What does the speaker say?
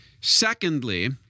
Secondly